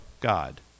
God